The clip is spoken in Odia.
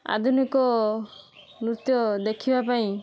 ଆଧୁନିକ ନୃତ୍ୟ ଦେଖିବା ପାଇଁ